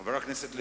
חבר הכנסת לשעבר,